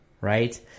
right